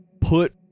put